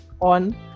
on